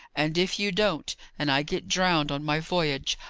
and if you don't, and i get drowned on my voyage,